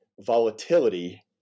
volatility